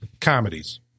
comedies